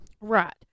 right